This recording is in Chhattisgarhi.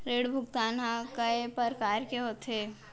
ऋण भुगतान ह कय प्रकार के होथे?